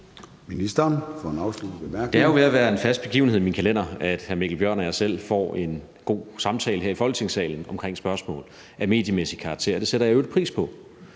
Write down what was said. Det er jo ved at være en fast begivenhed i min kalender, at hr. Mikkel Bjørn og jeg selv får en god samtale her i Folketingssalen om spørgsmål af mediemæssig karakter, og det sætter jeg i øvrigt pris på.